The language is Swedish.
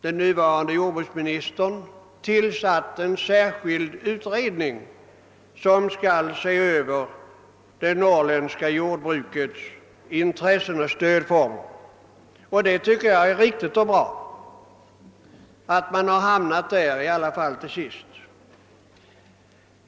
Den nuvarande jordbruksministern har tillsatt en särskild utredning som skall granska det norrländska jordbrukets intressen och stödformer. Jag tycker att det är riktigt och bra att man till sist har hamnat i det läget.